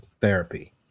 therapy